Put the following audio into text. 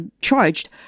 charged